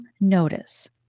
notice